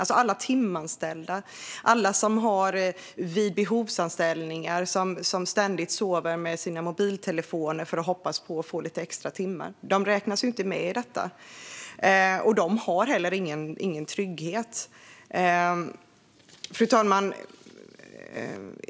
Alla timanställda, alla som har behovsanställningar och ständigt sover med sina mobiltelefoner och hoppas på att få lite extra timmar, de räknas ju inte med i detta. De har heller ingen trygghet. Fru talman!